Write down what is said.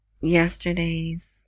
yesterday's